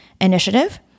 Initiative